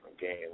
game